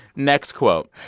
next quote.